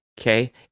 Okay